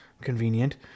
Convenient